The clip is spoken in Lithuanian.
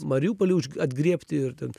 mariupolį atgriebti ir ten